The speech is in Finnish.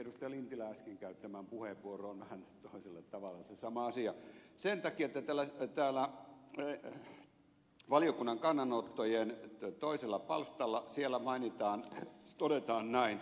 lintilän äsken käyttämään puheenvuoroon vähän toisella tavalla se sama asia sen takia että valiokunnan kannanottojen toisella palstalla todetaan näin